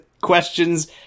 questions